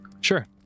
Sure